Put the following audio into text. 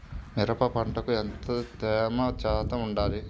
మిరప పంటకు ఎంత తేమ శాతం వుండాలి?